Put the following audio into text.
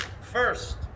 First